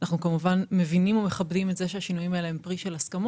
אנחנו מבינים ומכבדים את זה שהשינויים האלה הם פרי של הסכמות,